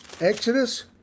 exodus